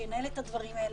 שינהל את הדברים האלה,